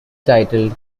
titled